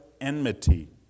enmity